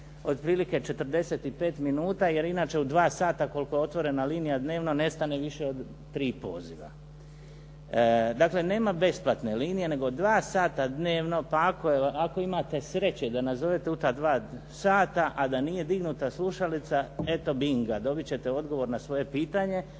otprilike 45 minuta jer inače u dva sata koliko je otvorena linija dnevno ne stane više od tri poziva. Dakle, nema besplatne linije nego dva sata dnevno pa ako imate sreće da nazovete u ta dva sata a da nije dignuta slušalica eto binga, dobit ćete odgovor na svoje pitanje